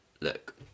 look